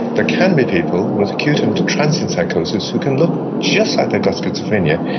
there can be people with acute and transient psychosis who can look just like they've got schizophrenia.